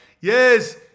yes